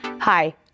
Hi